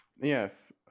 Yes